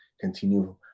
continue